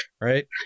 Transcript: right